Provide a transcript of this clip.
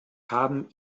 haben